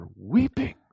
weeping